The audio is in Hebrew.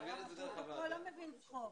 הפרוטוקול לא מבין צחוק.